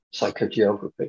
psychogeography